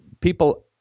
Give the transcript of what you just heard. people